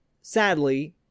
sadly